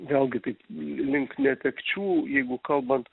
vėlgi taip link netekčių jeigu kalbant